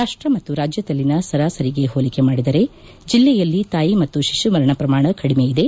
ರಾಷ್ಟ ಮತ್ತು ರಾಜ್ಯದಲ್ಲಿನ ಸರಾಸರಿಗೆ ಹೋಲಿಕೆ ಮಾಡಿದರೆ ಜಿಲ್ಲೆಯಲ್ಲಿ ತಾಯಿ ಮತ್ತು ಶಿಶು ಮರಣ ಪ್ರಮಾಣ ಕಡಿಮೆ ಇದೆ